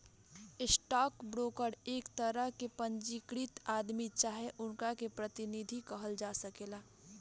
stock broker एक तरह के पंजीकृत आदमी चाहे उनका के प्रतिनिधि कहल जा सकेला